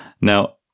Now